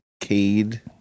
cade